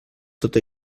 tot